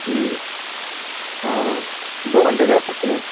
ہوں ہاں دو گھنٹے رہ سکتے ہیں